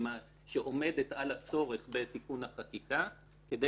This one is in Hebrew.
שעומדת על הצורך בתיקון החקיקה כדי